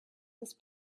this